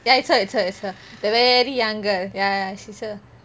ya it's her it's her it's her the very young girl ya she's